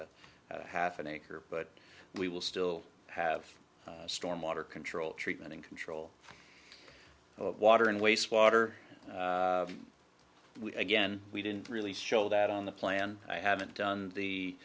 half an acre but we will still have storm water control treatment in control of water and wastewater we again we didn't really show that on the plan i haven't done the